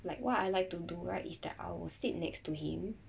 like what I like to do right is that I'll sit next to him